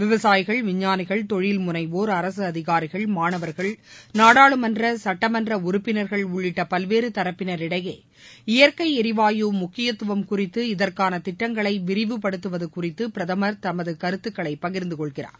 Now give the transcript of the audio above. விவசாயிகள் விஞ்ஞானிகள் தொழில் முனைவோர் அரசு அதிகாரிகள் மாணவர்கள் நாடாளுமன்ற சுட்டமன்ற உறுப்பினர்கள் உள்ளிட்ட பல்வேறு தரப்பினர் இடையே இயற்கை எரிவாயு முக்கியத்துவம் குறித்து இதற்கான திட்டங்களை விரிவபடுத்துவது குறித்து பிரதமர் தமது கருத்துக்களை பகிர்ந்தகொள்கிறார்